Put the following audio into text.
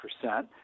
percent